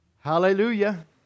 Hallelujah